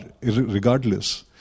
regardless